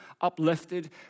uplifted